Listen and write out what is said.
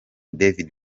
david